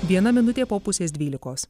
viena minutė po pusės dvylikos